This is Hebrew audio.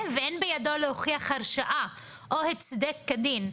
ואין בידו להוכיח הרשאה או הצדק כדין,